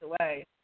away